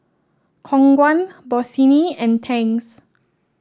Khong Guan Bossini and Tangs